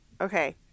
Okay